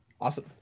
awesome